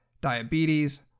diabetes